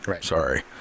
Sorry